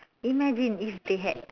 imagine if they had